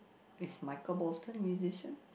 is Michael-Bolton musician